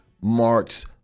marks